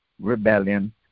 rebellion